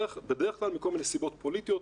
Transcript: בדרך כלל מכול מיני סיבות פוליטיות,